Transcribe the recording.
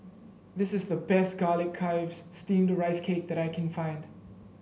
this is the best Garlic Chives Steamed Rice Cake that I can find